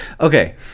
Okay